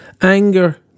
Anger